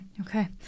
Okay